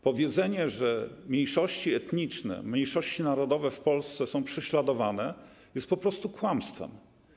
Powiedzenie, że mniejszości etniczne, mniejszości narodowe w Polsce są prześladowane, jest po prostu kłamstwem.